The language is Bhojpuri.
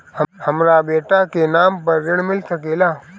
हमरा बेटा के नाम पर ऋण मिल सकेला?